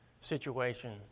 situation